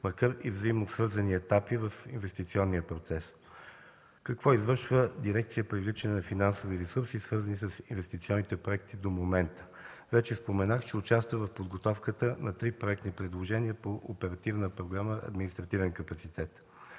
макар и взаимно свързани, етапи в инвестиционния процес. Какво извършва дирекция „Привличане на финансови ресурси, свързани с инвестиционните проекти” до момента? Вече споменах, че участва в подготовката на три проектни предложения по Оперативна програма „Административен капацитет”.